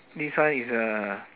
this one is uh